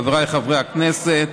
חבריי חברי הכנסת,